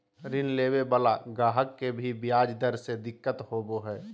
ऋण लेवे वाला गाहक के भी ब्याज दर से दिक्कत होवो हय